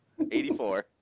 84